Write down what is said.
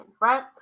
right